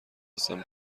هستم